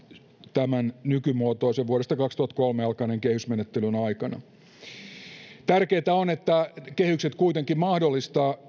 tämän nykymuotoisen vuodesta kaksituhattakolme alkaneen kehysmenettelyn aikana tärkeää on että kehykset kuitenkin mahdollistavat